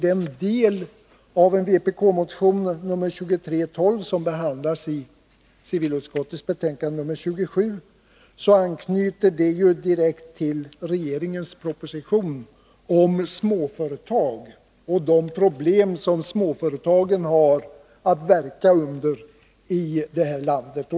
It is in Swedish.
Den del av vpk-motionen 2312 som behandlas i civilutskottets betänkande 27 anknyter direkt till regeringens proposition om småföretag och de problem som småföretagen upplever i sin verksamhet här i landet.